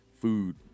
food